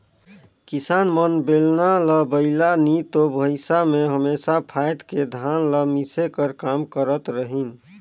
किसान मन बेलना ल बइला नी तो भइसा मे हमेसा फाएद के धान ल मिसे कर काम करत रहिन